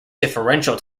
differential